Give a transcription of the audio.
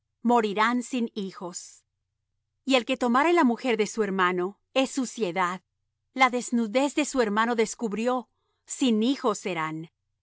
morirán sin hijos y el que tomare la mujer de su hermano es suciedad la desnudez de su hermano descubrió sin hijos serán